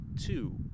two